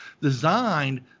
designed